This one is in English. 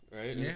right